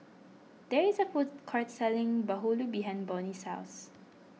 there is a food court selling Bahulu behind Bonny's house